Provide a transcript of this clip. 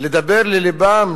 לדבר על לבם,